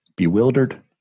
Bewildered